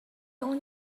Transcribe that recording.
اون